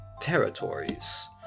territories